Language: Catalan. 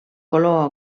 color